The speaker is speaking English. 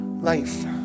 life